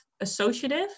associative